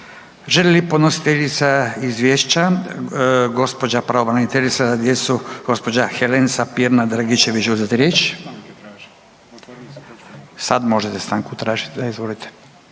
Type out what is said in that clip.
gospođa podnositeljica izvješća gospođa pravobraniteljica za djecu gospođa Helenca Pirnat Dragičević uzeti riječ? Sad možete stanku tražiti, da izvolite